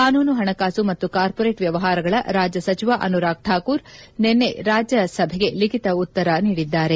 ಕಾನೂನು ಹಣಕಾಸು ಮತ್ತು ಕಾರ್ಪೊರೇಟ್ ವ್ಲವಹಾರಗಳ ರಾಜ್ಯ ಸಚಿವ ಅನುರಾಗ್ ಠಾಕೂರ್ ನಿನ್ನೆ ರಾಜ್ಯ ಸಭೆಗೆ ಲಿಖಿತ ಉತ್ತರ ನಿಡಿದ್ದಾರೆ